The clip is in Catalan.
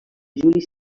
juli